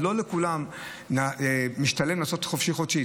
לא לכולם משתלם לעשות חופשי-חודשי.